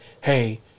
hey